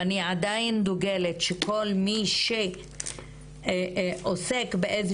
ואני עדיין דוגלת שכל מי שעוסק באיזה